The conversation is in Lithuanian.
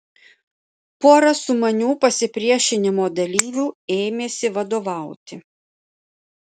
pora sumanių pasipriešinimo dalyvių ėmėsi vadovauti